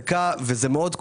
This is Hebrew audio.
וזה מאוד כואב.